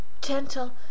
gentle